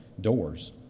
doors